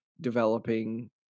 developing